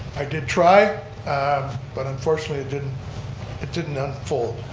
i did try um but unfortunately it didn't it didn't unfold.